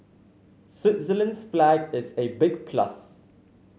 Switzerland's flag is a big plus